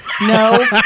No